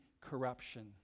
corruption